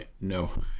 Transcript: no